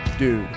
Dude